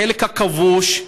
החלק הכבוש,